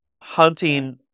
Hunting